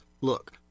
Look